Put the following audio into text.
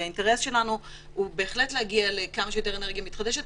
כי האינטרס שלנו הוא בהחלט להגיע לכמה שיותר אנרגיה מתחדשת,